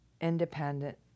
independent